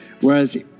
Whereas